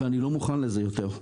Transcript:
אני לא מוכן לזה יותר.